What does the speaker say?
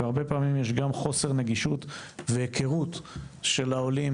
והרבה פעמים יש גם חוסר נגישות והיכרות של העולים